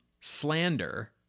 slander—